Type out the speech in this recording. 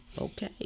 okay